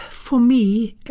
for me,